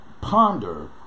ponder